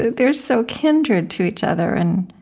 they're so kindred to each other, and,